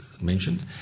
mentioned